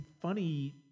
funny